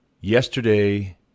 Yesterday